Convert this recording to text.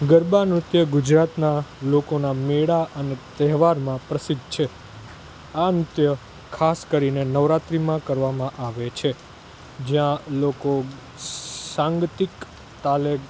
ગરબા નૃત્ય ગુજરાતનાં લોકોના મેળા અને તહેવારમાં પ્રસિદ્ધ છે આ નૃત્ય ખાસ કરીને નવરાત્રિમાં કરવામાં આવે છે જ્યાં લોકો સાંગતિક તાલે